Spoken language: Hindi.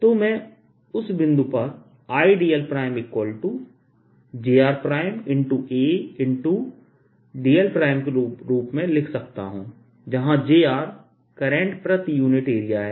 तो मैं उस बिंदु पर Idljradl के रूप में लिख सकता हूं जहां jr करंट प्रति यूनिट एरिया है